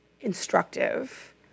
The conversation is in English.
instructive